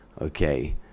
Okay